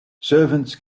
servants